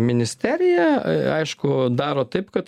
ministerija aišku daro taip kad